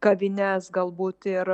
kavines galbūt ir